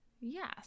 yes